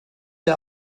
der